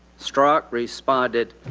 strzok responded,